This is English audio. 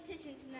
tonight